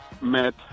met